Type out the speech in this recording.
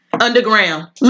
Underground